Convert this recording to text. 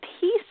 peace